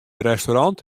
restaurant